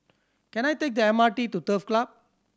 can I take the M R T to Turf Club